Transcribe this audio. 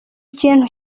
kintu